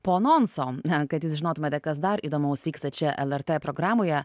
po anonso na kad jūs žinotumėte kas dar įdomaus vyksta čia lrt programoje